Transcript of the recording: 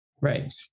Right